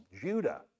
Judah